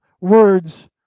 words